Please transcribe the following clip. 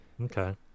Okay